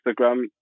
Instagram